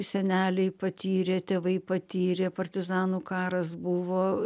seneliai patyrė tėvai patyrė partizanų karas buvo